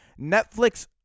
Netflix